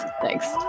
Thanks